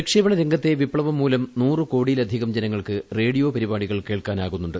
പ്രക്ഷേപണ രംഗത്തെ വിപ്ലവം മൂലം നൂറ് കോടിയിലധികം ജനങ്ങൾക്ക് റേഡിയോ പരിപാടികൾ കേൾക്കാനാകുന്നുണ്ട്